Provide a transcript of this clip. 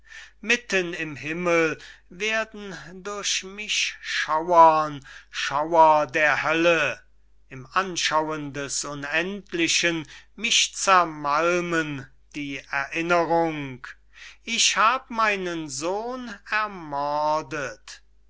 mitten im himmel werden durch mich schauern schauer der hölle im anschauen des unendlichen mich zermalmen die erinnerung ich hab meinen sohn ermordet